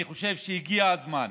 אני חושב שהגיע הזמן